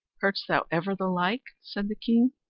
heardst thou ever the like? said the king.